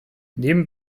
neben